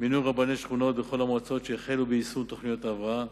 מינוי רבני שכונות בכל המועצות שהחלו ביישום תוכניות ההבראה,